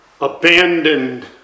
abandoned